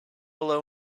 below